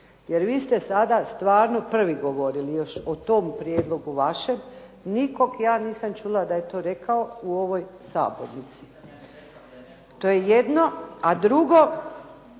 jer vi ste sada stvarno prvi govorili još o tom prijedlogu vašeg nikog ja nisam čula da je to rekao u ovoj sabornici. To je jedno. A drugo,